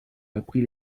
appris